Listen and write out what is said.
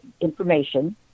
information